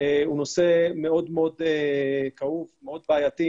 נושא מאוד מאוד כאוב ומאוד בעייתי.